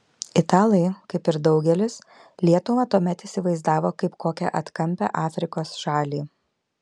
italai kaip ir daugelis lietuvą tuomet įsivaizdavo kaip kokią atkampią afrikos šalį